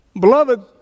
Beloved